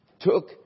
took